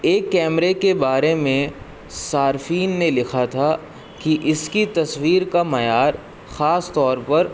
ایک کیمرے کے بارے میں صارفین نے لکھا تھا کہ اس کی تصویر کا معیار خاص طور پر